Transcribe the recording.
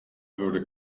würde